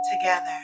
together